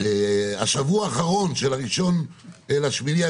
השבוע האחרון של ה-1.8.